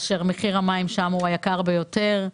אשר מחיר המים שם היקר ביותר.